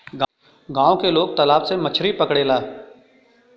गांव के लोग तालाब से मछरी पकड़ेला